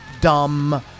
Dumb